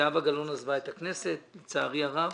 זהבה גלאון עזבה את הכנסת, לצערי הרב,